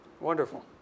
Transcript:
Wonderful